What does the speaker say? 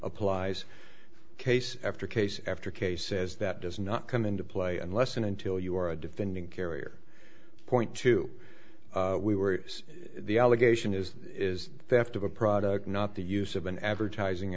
applies case after case after case says that does not come into play unless and until you are a defendant carrier point two we were the allegation is that is theft of a product not the use of an advertising